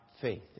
faith